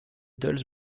dulles